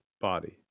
body